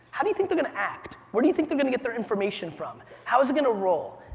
how do you think they're gonna act? where do you think they're gonna get their information from? how's it gonna roll?